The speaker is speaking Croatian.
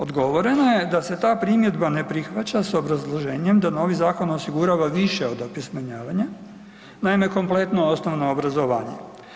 Odgovoreno je da se ta primjedba ne prihvaća s obrazloženjem da novi zakon osigurava više od opismenjavanja naime kompletno osnovno obrazovanje.